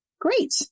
great